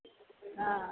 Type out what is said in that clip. हा